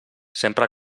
sempre